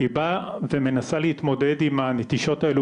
היא באה ומנסה להתמודד עם הנטישות האלו